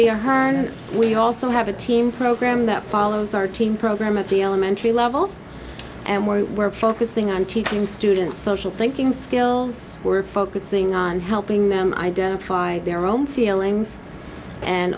the her and we also have a team program that follows our team program at the elementary level and where we're focusing on teaching students social thinking skills we're focusing on helping them identify their own feelings and